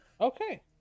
okay